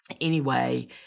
anyway-